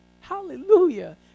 Hallelujah